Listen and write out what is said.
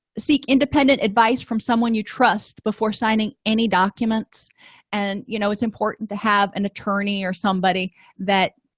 seek independent advice from someone you trust before signing any documents and you know it's important to have an attorney or somebody that